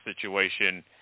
situation –